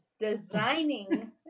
designing